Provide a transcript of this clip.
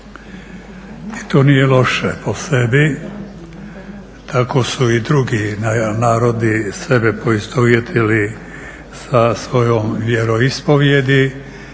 to nije loše po sebi, tako su i drugi narodi sebe poistovjetili sa svojom vjeroispovijedi